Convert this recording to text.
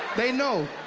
they know.